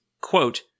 quote